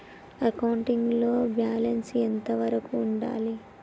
Accounting లో balance ఎంత వరకు ఉండాలి?